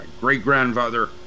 great-grandfather